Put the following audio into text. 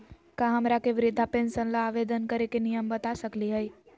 का हमरा के वृद्धा पेंसन ल आवेदन करे के नियम बता सकली हई?